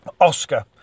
Oscar